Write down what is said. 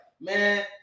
man